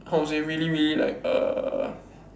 how to say really really like uh